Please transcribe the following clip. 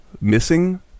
missing